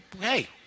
hey